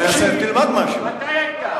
תלמד משהו,